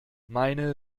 meine